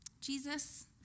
Jesus